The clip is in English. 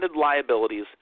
liabilities